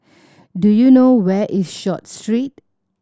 do you know where is Short Street